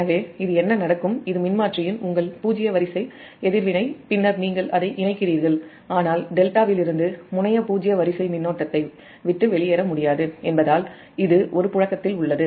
எனவேஇது மின்மாற்றியின் உங்கள் பூஜ்ஜிய வரிசை எதிர்வினை பின்னர் நீங்கள் அதை இணைக்கிறீர்கள் ஆனால் டெல்டாவிலிருந்து முனைய பூஜ்ஜிய வரிசை மின்னோட்டத்தை விட்டு வெளியேற முடியாது என்பதால் இது ஒரு புழக்கத்தில் உள்ளது